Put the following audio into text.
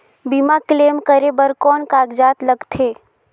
बीमा क्लेम करे बर कौन कागजात लगथे?